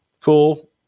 Cool